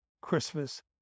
Christmas